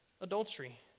adultery